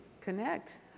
connect